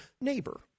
neighbor